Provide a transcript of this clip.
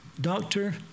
doctor